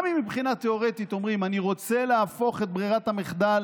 גם אם מבחינה תיאורטית אומרים: אני רוצה להפוך את ברירת המחדל